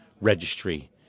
registry